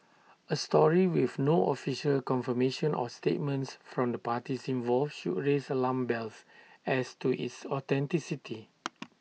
A story with no official confirmation or statements from the parties involved should A raise alarm bells as to its authenticity